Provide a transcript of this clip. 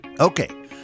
Okay